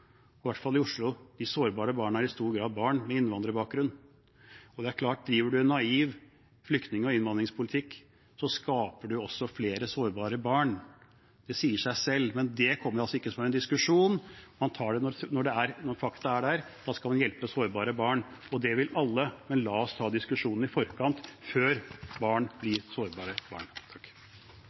i stor grad barn med innvandrerbakgrunn, og det er klart at driver man en naiv flyktning- og innvandringspolitikk, skaper man også flere sårbare barn. Det sier seg selv. Men det kommer altså ikke som en diskusjon. Man tar det når fakta er der; da skal man hjelpe sårbare barn. Og det vil alle. Men la oss ta diskusjonen i forkant, før barn blir sårbare barn. Takk